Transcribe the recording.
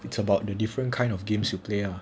it's about the different kind of games you play ah